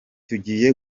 tugiye